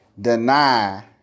deny